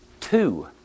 Two